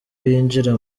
yinjira